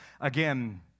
again